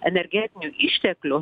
energetinių išteklių